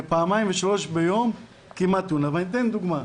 ופעמיים ושלוש ביום כמעט תאונה, ואני אתן דוגמה: